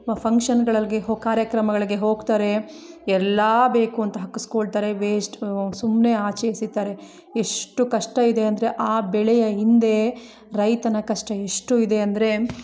ವ ಫಂಕ್ಷನ್ಗಳಲ್ಲಿ ಹೋಗಿ ಕಾರ್ಯಕ್ರಮಗಲಿಗೆ ಹೋಗ್ತಾರೆ ಎಲ್ಲ ಬೇಕೂಂತ ಹಾಕಿಸ್ಕೊಳ್ತಾರೆ ವೇಸ್ಟ್ ಸುಮ್ಮನೆ ಆಚೆ ಎಸಿತಾರೆ ಎಷ್ಟು ಕಷ್ಟ ಇದೆ ಅಂದರೆ ಆ ಬೆಳೆಯ ಹಿಂದೆ ರೈತನ ಕಷ್ಟ ಎಷ್ಟು ಇದೆ ಅಂದರೆ